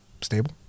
Stable